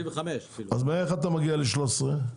אז איך אתה מגיע ל-13 ₪?